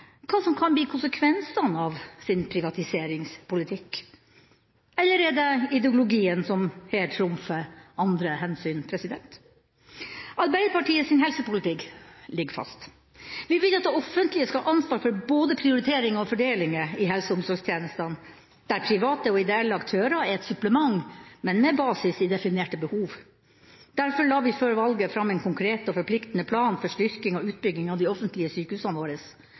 hva som kan bli konsekvensene av sin privatiseringspolitikk – eller er det ideologien som her trumfer andre hensyn? Arbeiderpartiets helsepolitikk ligger fast: Vi vil at det offentlige skal ha ansvar for både prioriteringer og fordelinger i helse- og omsorgstjenestene, der private og ideelle aktører er et supplement, men med basis i definerte behov. Derfor la vi før valget fram en konkret og forpliktende plan for styrking og utbygging av de offentlige sykehusene våre.